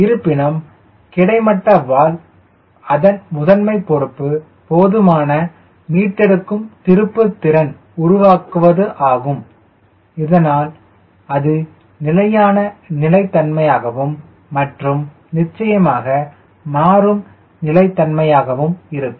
இருப்பினும் கிடைமட்ட வால் அதன் முதன்மை பொறுப்பு போதுமான மீட்டெடுக்கும் திருப்புத்திறன் உருவாக்குவதாகும் இதனால் அது நிலையான நிலைத்தன்மையாகவும் மற்றும் நிச்சயமாக மாறும் நிலைத்தன்மையாகவும் இருக்கும்